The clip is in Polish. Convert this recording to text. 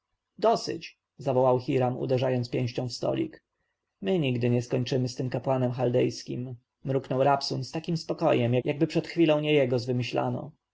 dosyć zawołał hiram uderzając pięścią w stolik my nigdy nie skończymy z tym kapłanem chaldejskim mruknął rabsun z takim spokojem jakby przed chwilą nie jego zwymyślano